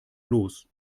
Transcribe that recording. los